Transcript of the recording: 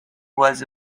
was